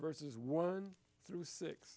versus one through six